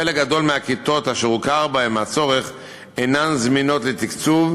חלק גדול מהכיתות אשר הוכר צורך בהן אינן זמינות לתקצוב,